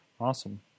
Awesome